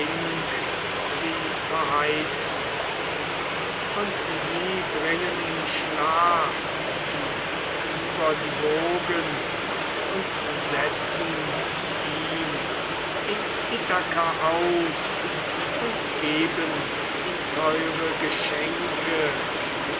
sie verheißen und sie bringen im schlaf ihn über die wogen und setzen ihn in ithaka aus und geben ihm teure geschenke